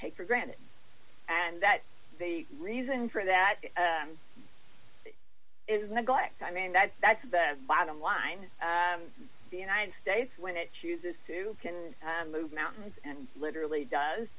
take for granted and that the reason for that is neglect i mean that's that's the bottom line the united states when it chooses to can move mountains and literally does